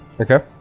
Okay